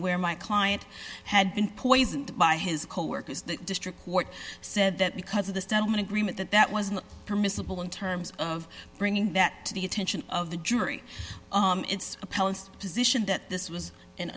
where my client had been poisoned by his coworkers that district court said that because of the settlement agreement that that was not permissible in terms of bringing that to the attention of the jury it's appellate position that this was an